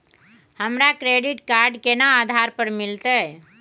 हमरा credit card केना आधार पर मिलते?